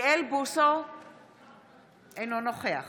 אינו נוכח